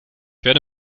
werde